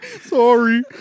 Sorry